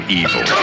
evil